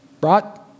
Brought